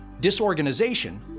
disorganization